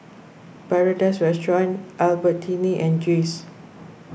Paradise Restaurant Albertini and Jays